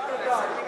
גם אתה ישבת שנתיים.